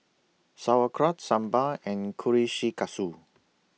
Sauerkraut Sambar and